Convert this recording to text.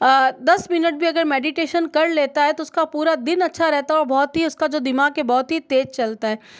दस मिनट भी अगर मेडिटेशन कर लेता है तो उसका पूरा दिन अच्छा रहता और बहुत ही उसका जो दिमाग है बहुत ही तेज़ चलता है